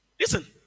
listen